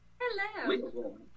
Hello